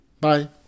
bye